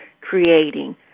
creating